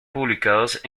publicados